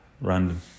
random